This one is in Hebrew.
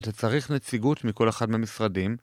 אתה צריך נציגות מכל אחד ממשרדים.